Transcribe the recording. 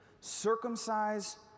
circumcise